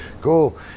Cool